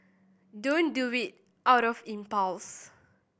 don't do it out of impulse